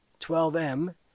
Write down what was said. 12M